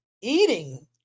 eating